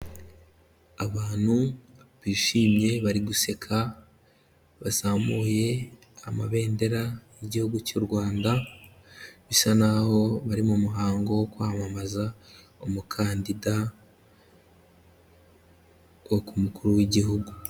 Abantu bishimye bari guseka bazamuye amabendera y'igihugu cy'u Rwanda, bisa naho bari mu muhango wo kwamamaza umukandida wo ku mukuru w'igihugu.